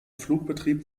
flugbetrieb